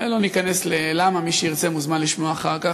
לא ניכנס למה, מי שירצה מוזמן לשמוע אחר כך.